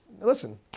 listen